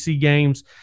games